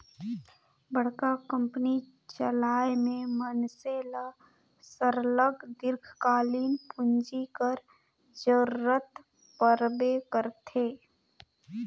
बड़का कंपनी चलाए में मइनसे ल सरलग दीर्घकालीन पूंजी कर जरूरत परबे करथे